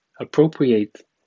appropriate